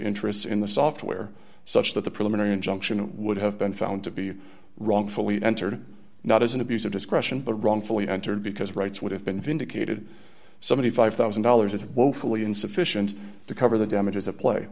interests in the software such that the preliminary injunction would have been found to be wrongfully entered not as an abuse of discretion but wrongfully entered because rights would have been vindicated seventy five thousand dollars is woefully insufficient to cover the damage